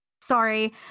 Sorry